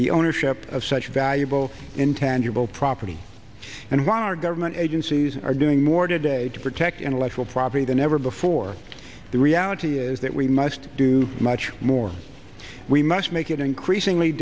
the ownership of such a valuable intangible property and why our government agencies are doing more today to protect intellectual property than ever before the reality is that we must do much more we must make it increasingly